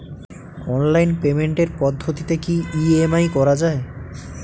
Online পেমেন্টের পদ্ধতিতে কি ই.এম.আই করা যায়?